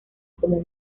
como